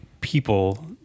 people